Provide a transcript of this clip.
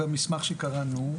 והמסמך שקראנו,